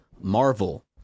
marvel